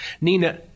Nina